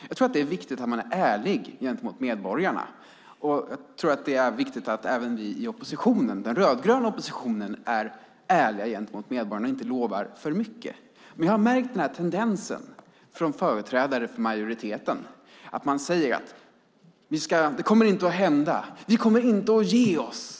Jag tror att det är viktigt att man är ärlig gentemot medborgarna - och jag tror att det är viktigt att även vi i den rödgröna oppositionen är ärliga gentemot medborgarna - och inte lovar för mycket. Men jag har märkt en tendens att företrädare för majoriteten säger: Det kommer inte att hända! Vi kommer inte att ge oss!